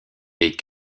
est